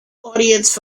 audience